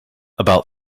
about